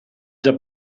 già